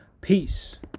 Peace